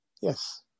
Yes